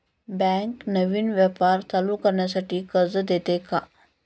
Bank नवीन व्यापार चालू करण्यासाठी कर्ज देते का?